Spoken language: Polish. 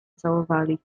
całowali